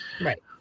Right